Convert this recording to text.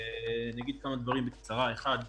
אני אגיד כמה דברים בקצרה: אחד,